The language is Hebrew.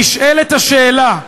נשאלת השאלה,